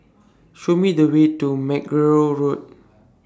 Show Me The Way to Mackerrow Road